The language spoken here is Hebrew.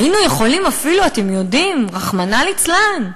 היינו יכולים אפילו, אתם יודעים, רחמנא ליצלן,